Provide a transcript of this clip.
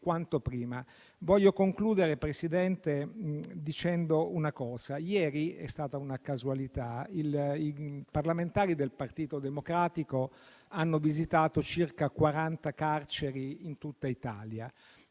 quanto prima. Vorrei concludere, signor Presidente, dicendo una cosa. Ieri - è stata una casualità - i parlamentari del Partito Democratico hanno visitato circa 40 carceri in tutta Italia.